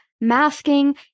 masking